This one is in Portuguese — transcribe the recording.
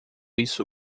isso